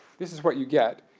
this is what you get.